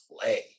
play